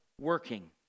working